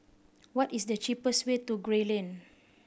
what is the cheapest way to Gray Lane